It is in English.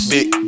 Big